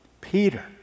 Peter